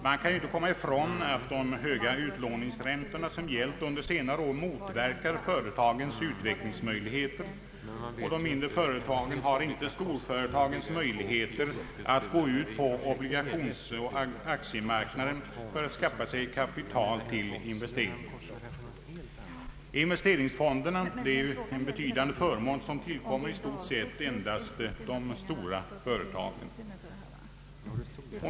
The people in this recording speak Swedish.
Det går inte att komma ifrån att de höga utlåningsräntor som gällt under senare år motverkar företagens utvecklingsmöjligheter. De mindre företagen har inte storföretagens möjligheter att gå ut på obligationsoch aktiemarknaden för att skaffa sig kapital till investeringar. Investeringsfonderna är en betydande förmån som i stort sett endast tillkommer storföretagen.